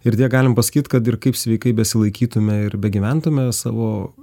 ir tiek galim pasakyt kad ir kaip sveikai besilaikytume ir begyventume savo